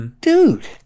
dude